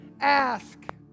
ask